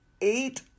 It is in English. eight